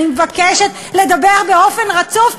אני מבקשת לדבר באופן רצוף,